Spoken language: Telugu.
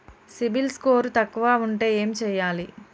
సిబిల్ స్కోరు తక్కువ ఉంటే ఏం చేయాలి?